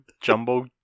jumbo